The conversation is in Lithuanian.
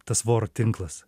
tas voro tinklas